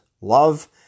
love